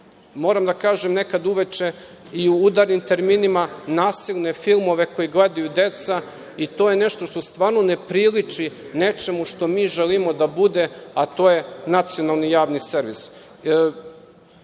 moram da kažem, nekada uveče i u udarnim terminima, nasilne filmove koje gledaju deca. To je nešto što stvarno ne priliči nečemu što mi želimo da bude, a to je nacionalni javni servis. Sa